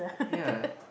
ya